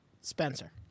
Spencer